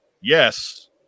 Yes